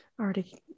already